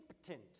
impotent